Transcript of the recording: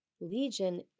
Legion